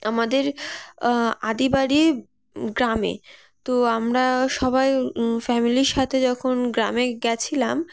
আমাদের আদি বাড়ি গ্রামে তো আমরা সবাই ফ্যামিলির সাথে যখন গ্রামে গেছিলাম